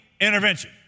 intervention